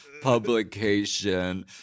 publication